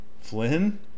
Flynn